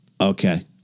Okay